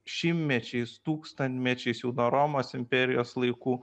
šimtmečiais tūkstantmečiais jau nuo romos imperijos laikų